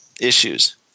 issues